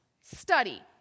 Study